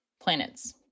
planets